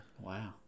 Wow